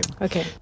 Okay